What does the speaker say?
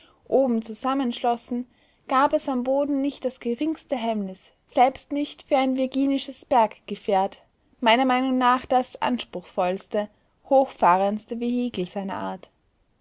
oben zusammenschlossen gab es am boden nicht das geringste hemmnis selbst nicht für ein virginisches berggefährt meiner meinung nach das anspruchsvollste hochfahrendste vehikel seiner art